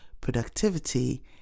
productivity